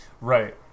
Right